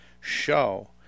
show